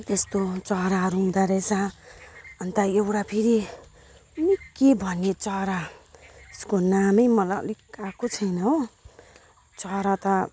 त्यस्तो चराहरू हुँदारैछ अनि त एउटा फेरि कुन्नी के भन्ने चरा त्यसको नामै मलाई अलिक आएको छैन हो चरा त